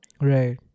right